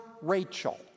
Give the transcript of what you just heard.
Rachel